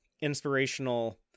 inspirational